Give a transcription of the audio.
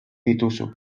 dituzu